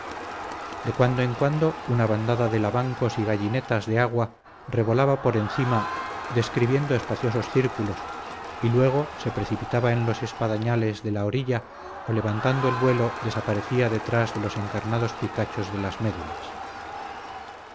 de cuando en cuando una bandada de lavancos y gallinetas de agua revolaba por encima describiendo espaciosos círculos y luego se precipitaba en los espadañales de la orilla o levantando el vuelo desaparecía detrás de los encarnados picachos de las médulas